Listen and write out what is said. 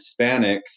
Hispanics